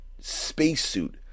spacesuit